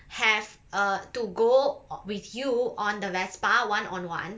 have err to go uh with you on the Vespa one on one